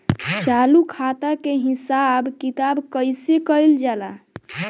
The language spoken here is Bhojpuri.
चालू खाता के हिसाब किताब कइसे कइल जाला?